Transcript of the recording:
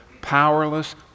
powerless